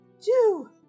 two